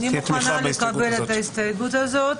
אני מוכנה לקבל את ההסתייגות הזאת.